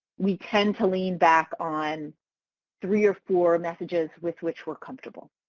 we tend to lean back on three or four messages with which we're comfortable.